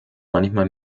manchmal